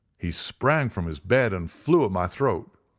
he sprang from his bed and flew at my throat.